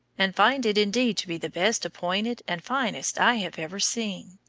and find it indeed to be the best appointed and finest i have ever seen.